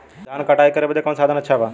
धान क कटाई करे बदे कवन साधन अच्छा बा?